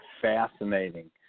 fascinating